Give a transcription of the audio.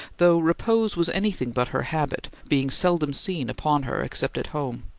though repose was anything but her habit, being seldom seen upon her except at home.